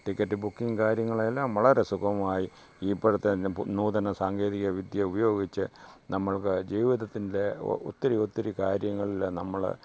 ticket booking കാര്യങ്ങളെല്ലാം വളരെ സുഗമമായി ഇപ്പോഴത്തെ നൂതന സാങ്കേതികവിദ്യ ഉപയോഗിച്ച് നമ്മൾക്ക് ജീവിതത്തിൻ്റെ ഒത്തിരി ഒത്തിരി കാര്യങ്ങളിൽ നമ്മൾ